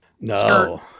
No